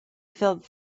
filled